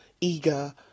eager